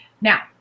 Now